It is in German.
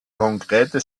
konkrete